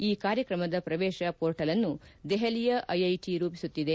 ಈ ಕಾರ್ಯಕ್ರಮದ ಪ್ರವೇಶ ಮೋರ್ಟಲ್ ಅನ್ನು ದೆಹಲಿಯ ಐಐಟಿ ರೂಪಿಸುತ್ತಿದೆ